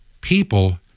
people